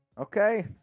Okay